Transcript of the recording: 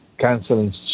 canceling